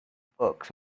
books